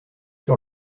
sur